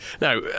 Now